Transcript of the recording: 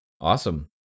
Awesome